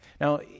Now